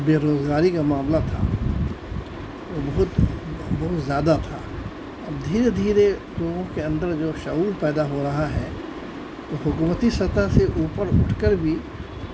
بےروزگاری کا معاملہ تھا وہ بہت بہت زیادہ تھا اب دھیرے دھیرے لوگوں کے اندر جو شعور پیدا ہو رہا ہے وہ حکومتی سطح سے اوپر اٹھ کر بھی